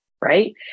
right